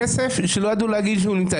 כסף שלא ידעו להגיד שהוא נמצא.